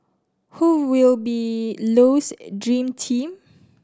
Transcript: who will be Low's dream team